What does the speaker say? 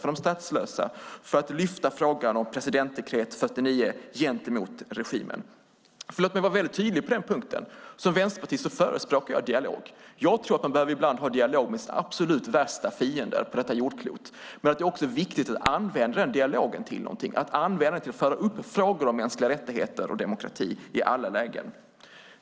Vilka initiativ kommer han att ta för att lyfta frågan om presidentdekret 49 gentemot regimen? Låt mig vara tydlig på den punkten: Som vänsterpartist förespråkar jag dialog. Jag tror att man ibland behöver föra dialog med sina absolut värsta fiender på detta jordklot. Men det är också viktigt att använda dialogen till någonting - att använda den till att föra upp frågor om mänskliga rättigheter och demokrati i alla lägen.